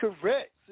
correct